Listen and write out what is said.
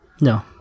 No